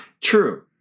True